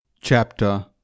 Chapter